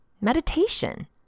meditation